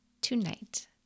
tonight